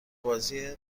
بازی